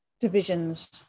divisions